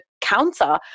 counter